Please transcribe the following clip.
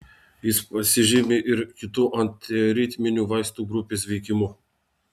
jis pasižymi ir kitų antiaritminių vaistų grupės veikimu